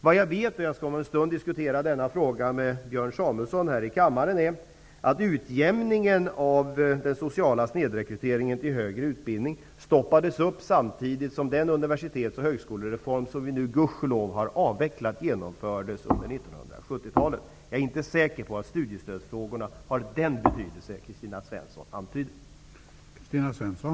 Vad jag vet är -- och jag skall om en kort stund diskutera frågan med Björn Samuelson i denna kammare -- att utjämningen av den sociala snedrekryteringen till högre utbildning stoppades upp i och med att den universitets och högskolereform som nu tack och lov är avvecklad genomfördes under 1970-talet. Jag är inte säker på att studiestödsfrågorna har den betydelse som